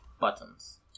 Buttons